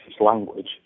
language